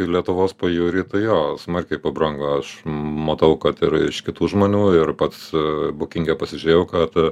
į lietuvos pajūrį tai jo smarkiai pabrango aš matau kad ir iš kitų žmonių ir pats bukinge pasižėjau kad